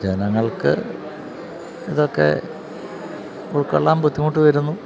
ജനങ്ങൾക്ക് ഇതൊക്കെ ഉൾക്കൊള്ളാൻ ബുദ്ധിമുട്ട് വരുന്നു